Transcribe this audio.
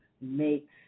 makes